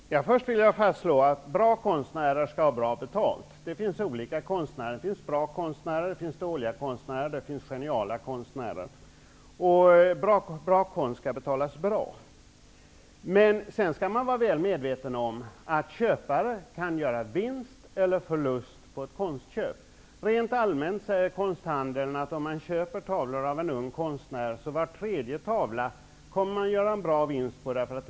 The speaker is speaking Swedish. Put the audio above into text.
Herr talman! Först vill jag fastslå att bra konstnärer skall ha bra betalt. Det finns olika konstnärer -- bra konstnärer, dåliga konstnärer, geniala konstnärer. Bra konst skall betalas bra. Man skall också vara medveten om att köparen kan göra vinst eller förlust på ett konstköp. Det sägs från konsthandeln rent allmänt att om man köper tavlor av unga konstnärer, kommer man att göra vinst på var tredje tavla.